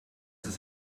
ist